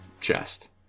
chest